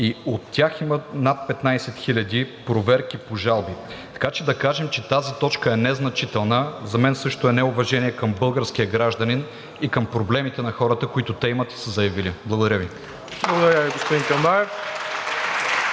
от тях има над 15 хиляди проверки по жалби, така че да кажем, че тази точка е незначителна, за мен също е неуважение към българския гражданин и към проблемите на хората, които те имат и са заявили. Благодаря Ви. (Ръкопляскания от